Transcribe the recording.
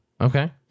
Okay